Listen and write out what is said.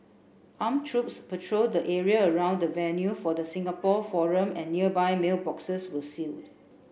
armed troops patrolled the area around the venue for the Singapore forum and nearby mailboxes were sealed